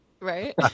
right